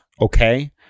okay